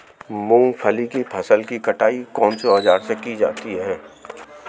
मूंग की फसल की कटाई कौनसे औज़ार से की जाती है?